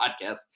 Podcast